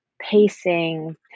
Pacing